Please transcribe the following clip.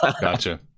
Gotcha